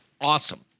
awesome